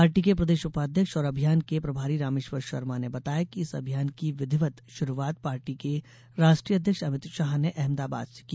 party के प्रदेश उपाध्यक्ष और अभियान के प्रभारी रामेश्वर शर्मा बताया कि इस अभियान की विधिवत शुरूआत पार्टी के राष्ट्रीय अध्यक्ष अमित शाह ने अहमदाबाद से की